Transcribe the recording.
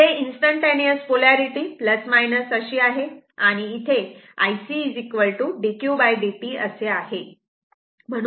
इथे instantaneous polarity अशी आहे आणि इथे IC dqdt असे आहे